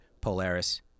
Polaris